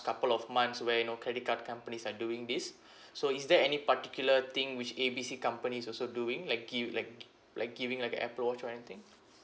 couple of months where you know credit card companies are doing this so is there any particular thing which A B C company is also doing like give like gi~ like giving like a apple watch or anything